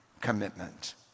commitment